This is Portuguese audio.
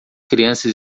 crianças